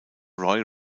roy